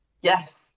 yes